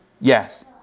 Yes